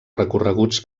recorreguts